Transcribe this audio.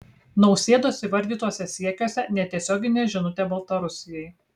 nausėdos įvardytuose siekiuose netiesioginė žinutė baltarusijai